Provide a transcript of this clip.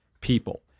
people